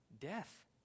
Death